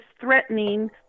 threatening